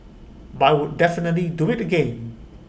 but would definitely do IT again